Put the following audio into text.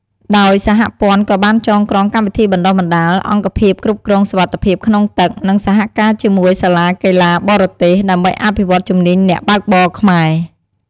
ដោយសហព័ន្ធក៏បានចងក្រងកម្មវិធីបណ្តុះបណ្តាល អង្គភាពគ្រប់គ្រងសុវត្ថិភាពក្នុងទឹក និងសហការជាមួយសាលាកីឡាបរទេស ដើម្បីអភិវឌ្ឍជំនាញអ្នកបើកបរខ្មែរ។